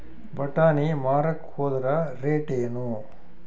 ಬಟಾನಿ ಮಾರಾಕ್ ಹೋದರ ರೇಟೇನು?